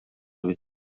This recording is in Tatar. бит